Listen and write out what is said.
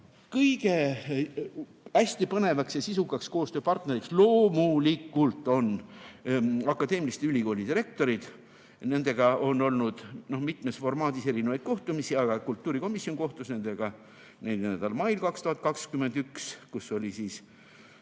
Hästi põnevad ja sisukad koostööpartnerid loomulikult on akadeemiliste ülikoolide rektorid. Nendega on olnud mitmes formaadis erinevaid kohtumisi, aga kultuurikomisjon kohtus nendega 4. mail 2021, kus oli kogu